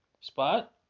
spot